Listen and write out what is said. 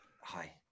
hi